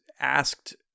asked